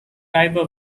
tiber